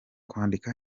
kwandika